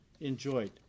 enjoyed